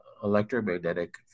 electromagnetic